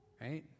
right